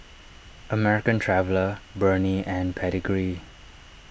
American Traveller Burnie and Pedigree